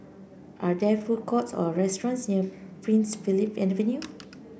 are there food courts or restaurants near Prince Philip Avenue